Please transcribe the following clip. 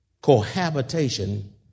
cohabitation